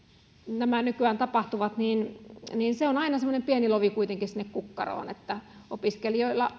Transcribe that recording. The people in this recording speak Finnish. nämä nykyään tapahtuvat on kuitenkin aina semmoinen pieni lovi sinne kukkaroon opiskelijoilla